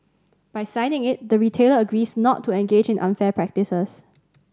by signing it the retailer agrees not to engage in unfair practices